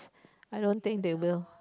I don't think they will